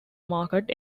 market